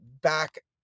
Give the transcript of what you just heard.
back